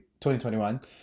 2021